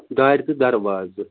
دارِ تہٕ دروازٕ